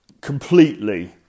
completely